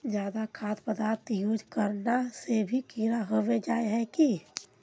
ज्यादा खाद पदार्थ यूज करना से भी कीड़ा होबे जाए है की?